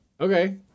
Okay